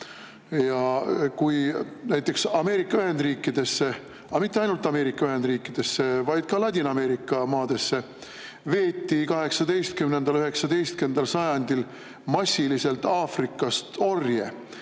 Näiteks Ameerika Ühendriikidesse – aga mitte ainult Ameerika Ühendriikidesse, vaid ka Ladina-Ameerika maadesse – veeti 18. ja 19. sajandil massiliselt Aafrikast orje,